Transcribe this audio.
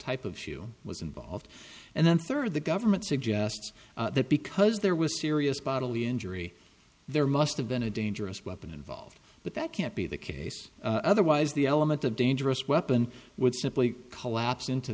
type of shoe was involved and then third the government suggests that because there was serious bodily injury there must have been a dangerous weapon involved but that can't be the case otherwise the element of dangerous weapon would simply collapse into